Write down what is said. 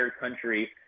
country